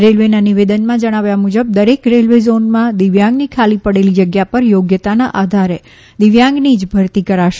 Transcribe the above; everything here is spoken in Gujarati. રેલવેના નિવેદનમાં જણાવ્યા મુજબ દરેક રેલવે ઝોનમાં દિવ્યાંગની ખાલી પડેલી જગ્યા પર યોગ્યતાના આધારે દિવ્યાંગની જ ભરતી કરાશે